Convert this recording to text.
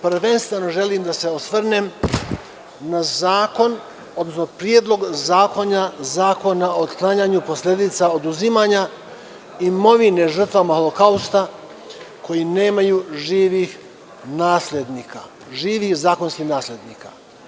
Prvenstveno želim da se osvrnem na zakon, odnosno Predlog zakona o otklanjanju posledica oduzimanja imovine žrtvama Holokausta koji nemaju živih zakonskih naslednika.